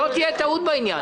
שלא תהיה טעות בעניין הזה.